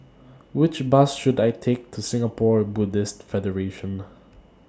Which Bus should I Take to Singapore Buddhist Federation